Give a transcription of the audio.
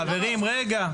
חברים, רגע.